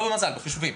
לא מזל, חישובים.